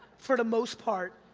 for the most part,